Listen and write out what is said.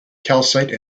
calcite